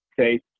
okay